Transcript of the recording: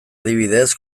adibidez